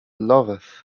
loveth